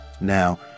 Now